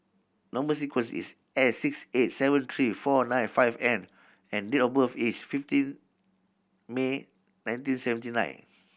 number sequence is S six eight seven three four nine five N and date of birth is fifteen May nineteen seventy nine